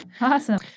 Awesome